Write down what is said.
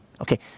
Okay